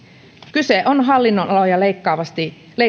kyse on hallinnonaloja läpileikkaavasta